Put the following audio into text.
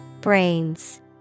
Brains